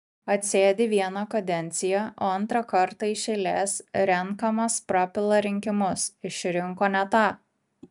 atsėdi vieną kadenciją o antrą kartą iš eilės renkamas prapila rinkimus išrinko ne tą